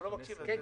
לכן,